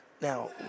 Now